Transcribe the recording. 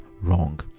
wrong